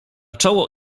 czoło